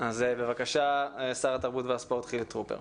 אז בבקשה, שר התרבות והספורט, חילי טרופר.